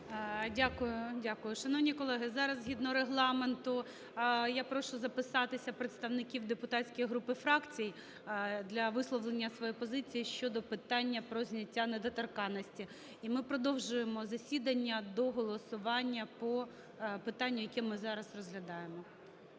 Дякую. Шановні колеги, зараз згідно Регламенту я прошу записатися представників депутатських груп і фракцій для висловлення своєї позиції щодо питання про зняття недоторканності. І ми продовжуємо засідання до голосування по питанню, яке ми зараз розглядаємо.